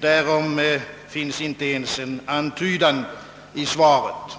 Därom finns inte ens en antydan i svaret.